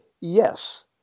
yes